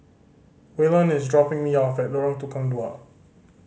Waylon is dropping me off at Lorong Tukang Dua